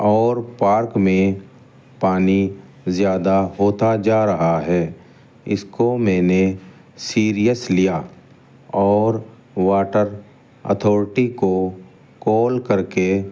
اور پارک میں پانی زیادہ ہوتا جا رہا ہے اس کو میں نے سیریئس لیا اور واٹر اتھورٹی کو کال کر کے